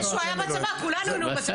זה שהוא היה בצבא, כולנו היינו בצבא.